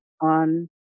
on